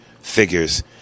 figures